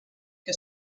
que